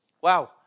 Wow